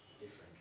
different